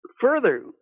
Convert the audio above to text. Further